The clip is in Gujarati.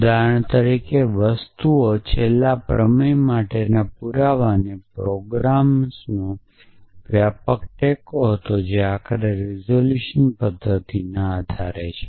ઉદાહરણ તરીકે વસ્તુઓ છેલ્લા પ્રમેય માટેના પુરાવાને પ્રોગ્રામ્સનો વ્યાપક ટેકો હતો જે આખરે રિઝોલ્યુશન પદ્ધતિના આધારે છે